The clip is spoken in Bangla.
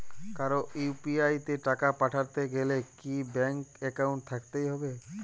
কারো ইউ.পি.আই তে টাকা পাঠাতে গেলে কি ব্যাংক একাউন্ট থাকতেই হবে?